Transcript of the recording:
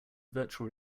virtual